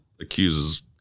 accuses